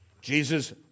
Jesus